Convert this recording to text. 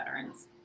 veterans